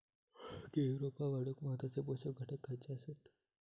केळी रोपा वाढूक महत्वाचे पोषक घटक खयचे आसत?